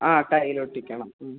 ആ ടൈൽ ഒട്ടിക്കണം ഉം